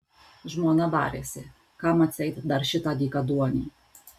žmona barėsi kam atseit dar šitą dykaduonį